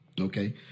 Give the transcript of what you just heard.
Okay